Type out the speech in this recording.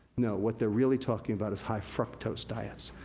no, what they're really talking about is high fructose diets,